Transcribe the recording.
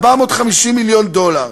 450 מיליון דולר,